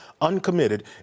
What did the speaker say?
uncommitted